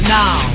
now